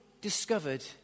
discovered